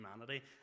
humanity